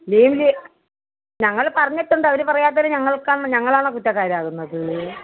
ലീവില് ഞങ്ങൾ പറഞ്ഞിട്ടുണ്ട് അവർ പറയാത്തതിന് ഞങ്ങൾക്കാണോ ഞങ്ങൾ ആണോ കുറ്റക്കാർ ആകുന്നത്